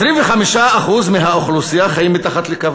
25% מהאוכלוסייה חיים מתחת לקו